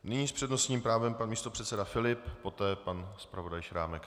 Nyní s přednostním právem pan místopředseda Filip, poté pan zpravodaj Šrámek.